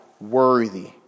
worthy